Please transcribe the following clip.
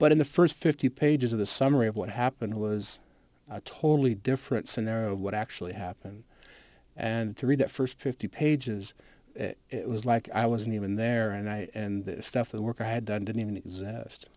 but in the first fifty pages of the summary of what happened it was a totally different scenario of what actually happened and to read that first fifty pages it was like i wasn't even there and i and this stuff the work i had done didn't even exist